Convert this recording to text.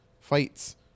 fights